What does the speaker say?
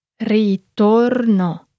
Ritorno